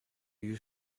you